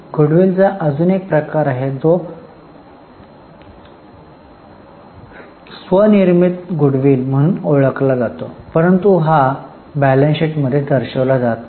Goodwill चा अजून एक प्रकार आहे जो स्व निर्मित Goodwill म्हणून ओळखला जातो परंतु हा ताळेबंद पत्रकात दर्शवला जात नाही